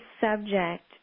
subject